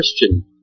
Christian